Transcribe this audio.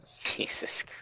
Jesus